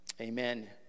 Amen